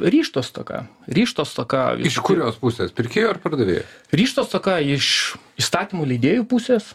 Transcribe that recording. ryžto stoka ryžto stoka iš kurios pusės pirkėjo ar pardavėjo ryžto stoka iš įstatymų leidėjų pusės